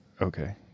okay